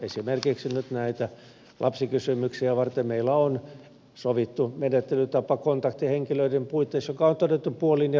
esimerkiksi lapsikysymyksiä varten meillä on sovittu kontaktihenkilöiden puitteissa menettelytapa jonka on todettu puolin ja toisin toimivan